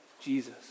Jesus